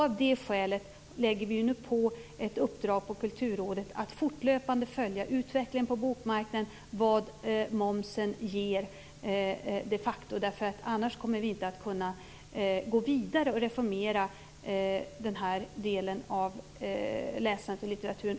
Av det skälet lägger vi nu på Kulturrådet ett uppdrag att fortlöpande följa utvecklingen på bokmarknaden och ta reda på hur mycket momsen de facto ger. Om vi inte har klara fakta kommer vi inte att kunna gå vidare och reformera den här delen av läsandet och litteraturen.